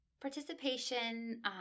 participation